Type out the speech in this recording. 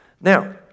Now